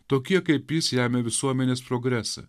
tokie kaip jis lemia visuomenės progresą